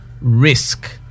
risk